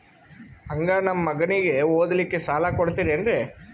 ಹಂಗ ನಮ್ಮ ಮಗನಿಗೆ ಓದಲಿಕ್ಕೆ ಸಾಲ ಕೊಡ್ತಿರೇನ್ರಿ?